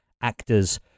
actors